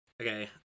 okay